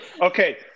Okay